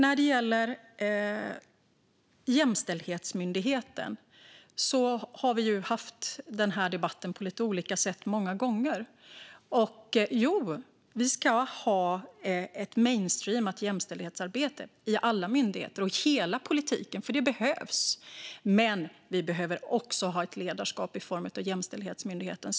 Frågan om Jämställdhetsmyndigheten har debatterats på olika sätt många gånger. Jo, vi ska ha ett mainstreamat jämställdhetsarbete i alla myndigheter och i hela politiken. Det behövs. Men vi behöver också ett ledarskap i form av Jämställdhetsmyndigheten.